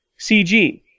CG